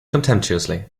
contemptuously